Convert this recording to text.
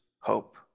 hope